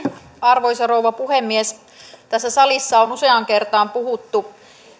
arvoisa rouva puhemies tässä salissa on useaan kertaan puhuttu